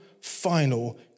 final